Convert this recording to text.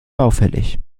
baufällig